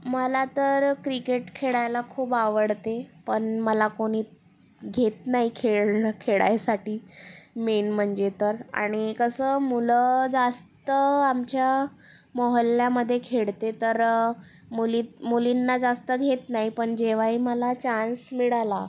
मला तर क्रिकेट खेळायला खूप आवडते पण मला कोणी घेत नाही खेळणं खेळायसाठी मेन म्हणजे तर आणि कसं मुलं जास्त आमच्या मोहल्ल्यामध्ये खेळते तर मुलीत मुलींना जास्त घेत नाही पण जेव्हाही मला चान्स मिळाला